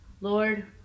Lord